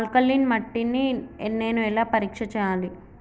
Alkaline మట్టి ని నేను ఎలా పరీక్ష చేయాలి?